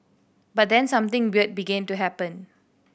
but then something weird began to happen